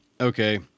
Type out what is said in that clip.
Okay